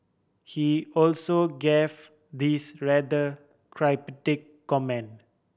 he also gave this rather cryptic comment